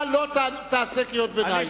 אתה לא תעשה קריאות ביניים.